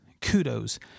Kudos